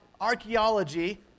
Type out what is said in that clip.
archaeology